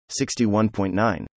61.9